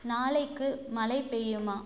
நாளைக்கு மழை பெய்யுமா